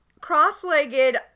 cross-legged